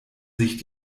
sich